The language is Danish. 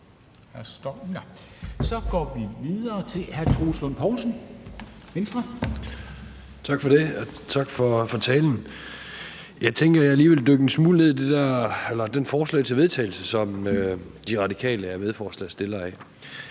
Venstre. Kl. 13:23 Troels Lund Poulsen (V): Tak for det, og tak for talen. Jeg tænker, at jeg lige vil dykke en smule ned i det forslag til vedtagelse, som De Radikale er medforslagsstiller på.